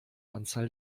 anzahl